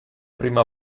prima